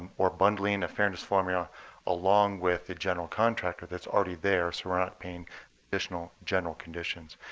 or bundling a fairness formula along with the general contractor that's already there so we're not paying additional general conditions.